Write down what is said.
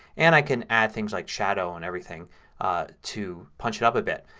and i can add things like shadow and everything to punch it up a bit.